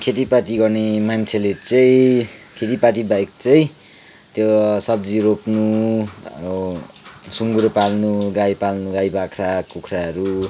खेतीपाती गर्ने मान्छेले चाहिँ खेतीपातीबाहेक चाहिँ त्यो सब्जी रोप्नु अब सुँगुर पाल्नु गाई पाल्नु गाई बाख्रा कुखुराहरू